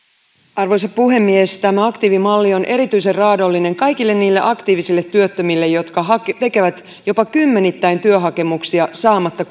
arvoisa puhemies tämä aktiivimalli on erityisen raadollinen kaikille niille aktiivisille työttömille jotka tekevät jopa kymmenittäin työhakemuksia saamatta